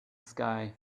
sky